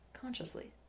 consciously